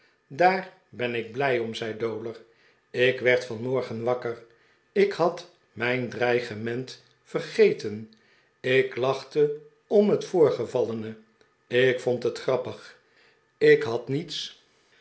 daar ben ik blij om zei dowler ik werd vanmorgen wakker ik had mijn dreigement vergeten ik lachte om het voorgevallene ik vond het grappig ik had niets